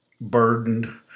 burdened